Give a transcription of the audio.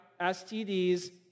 STDs